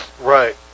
Right